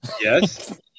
Yes